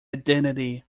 identity